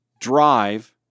drive